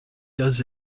does